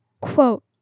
Quote